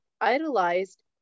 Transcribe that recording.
idolized